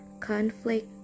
conflict